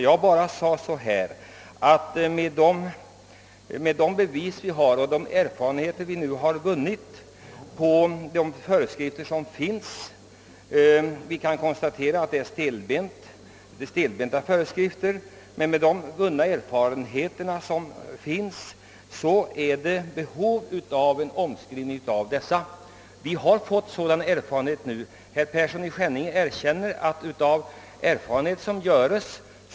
Jag sade bara att med de erfarenheter som vunnits av tillämpningsföreskrifterna så kan vi konstatera att de är stelbenta och behöver skrivas om, och herr Persson i Skänninge erkänner också att man bör företa en översyn av föreskrifterna.